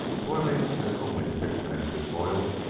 toiling as only picked men could toil,